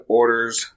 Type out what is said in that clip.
orders